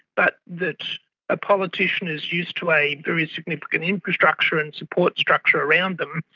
but that a politician is used to a very significant infrastructure and support structure around them,